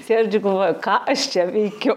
sėdžiu galvoju ką aš čia veikiu